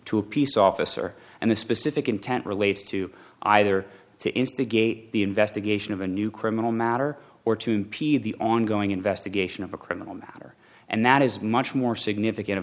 a peace officer and the specific intent relates to either to instigate the investigation of a new criminal matter or to impede the ongoing investigation of a criminal matter and that is much more significant